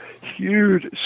huge